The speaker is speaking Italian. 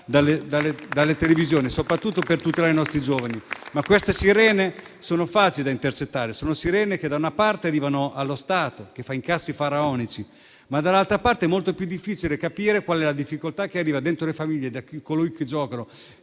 nelle televisioni, soprattutto per tutelare i nostri giovani. Ma queste sirene sono facili da intercettare. Sono sirene che, da una parte, arrivano allo Stato, che fa incassi faraonici; ma, dall'altra parte, è molto più difficile capire qual è la difficoltà dentro le famiglie, di coloro che giocano,